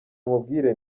nkubwire